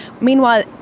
Meanwhile